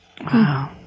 wow